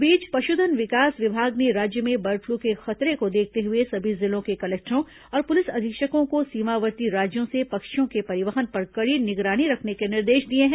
इस बीच पशुधन विकास विभाग ने राज्य में बर्ड पलू के खतरे को देखते हुए सभी जिलों के कलेक्टरों और पुलिस अधीक्षकों को सीमावर्ती राज्यों से पक्षियों के परिवहन पर कड़ी निगरानी रखने के निर्देश दिए हैं